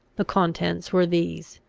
the contents were these